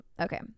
Okay